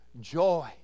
joy